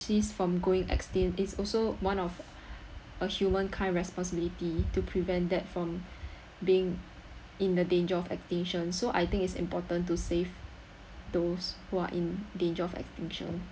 species from going extinct is also one of a humankind responsibility to prevent that from being in the danger of extinction so I think it's important to save those who are in danger of extinction